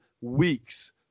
weeks